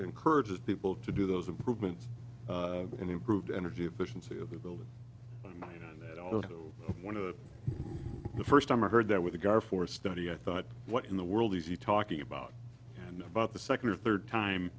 encourages people to do those improvements and improved energy efficiency of the building and that also one of the first time i heard that with a guy for a study i thought what in the world is he talking about and about the second or third time